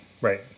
Right